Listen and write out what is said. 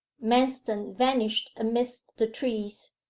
manston vanished amidst the trees.